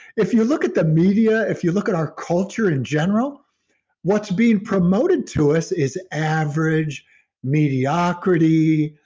if you look at the media, if you look at our culture in general what's being promoted to us is average mediocrity,